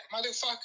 motherfucker